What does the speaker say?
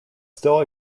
still